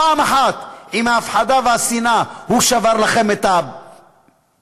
פעם אחת עם ההפחדה והשנאה הוא שבר לכם, לכם,